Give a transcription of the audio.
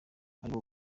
aribo